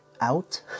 out